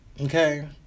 okay